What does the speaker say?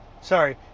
Sorry